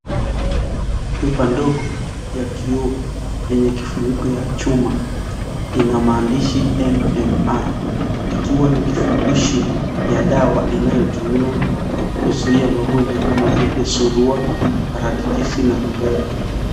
Chupa ndogo ya kioo, yenye kifunikl ya chuma , ina maandishi mmr , ikiwa ni kifupishi ya dawa inayotumiwa kuzuia magonjwa kama vile surua parakilishi na rubela.